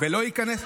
ולא ייכנס,